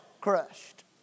crushed